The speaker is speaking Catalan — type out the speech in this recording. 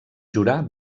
jurar